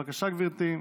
בבקשה, גברתי.